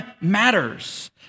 matters